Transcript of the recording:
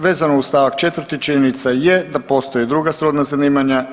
Vezano uz stavak 4. činjenica je da postoje i druga srodna zanimanja.